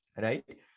right